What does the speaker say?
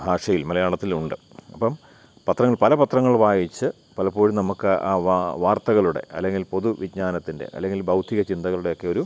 ഭാഷയിൽ മലയാളത്തിലുണ്ട് അപ്പം പത്രങ്ങൾ പല പത്രങ്ങൾ വായിച്ച് പലപ്പോഴും നമുക്ക് ആ വാർത്തകളുടെ അല്ലെങ്കിൽ പൊതു വിജ്ഞാനത്തിൻ്റെ അല്ലെങ്കിൽ ഭൗതിക ചിന്തകളുടെയൊക്കെയൊരു